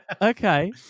okay